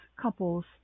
couples